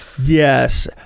Yes